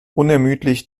unermüdlich